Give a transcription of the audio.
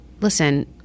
listen